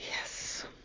Yes